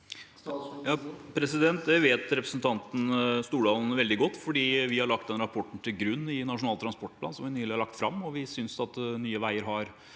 Det vet repre- sentanten Stordalen veldig godt, for vi har lagt den rapporten til grunn i Nasjonal transportplan, som vi nylig har lagt fram. Vi synes at Nye veier har